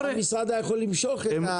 המשרד היה יכול למשוך את ההצעה.